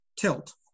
tilt